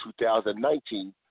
2019